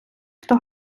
хто